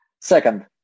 Second